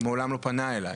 מעולם לא פנה אלי.